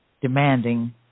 demanding